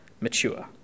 mature